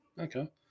Okay